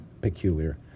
peculiar